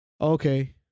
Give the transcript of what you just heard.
Okay